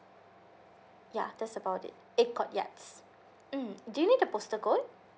yeah that's about it eight courtyards mm do you need the postal code